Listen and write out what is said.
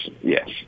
Yes